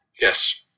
Yes